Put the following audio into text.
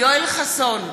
יואל חסון,